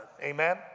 Amen